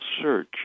search